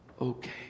okay